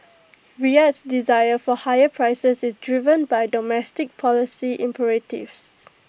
Riyadh's desire for higher prices is driven by domestic policy imperatives